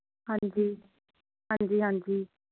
ਹਾਂਜੀ ਹਾਂਜੀ ਹਾਂਜੀ